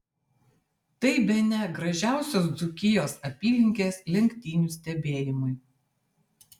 tai bene gražiausios dzūkijos apylinkės lenktynių stebėjimui